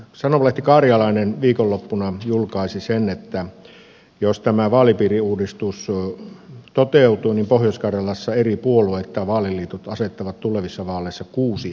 sanomalehti karjalainen viikonloppuna julkaisi sen että jos tämä vaalipiiriuudistus toteutuu niin pohjois karjalassa eri puolueet tai vaaliliitot asettavat tulevissa vaaleissa kuusi ehdokasta